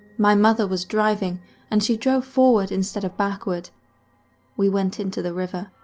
my mother was driving and she drove forward instead of backward we went into the river.